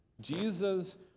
Jesus